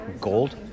gold